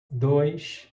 dois